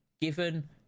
given